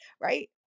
right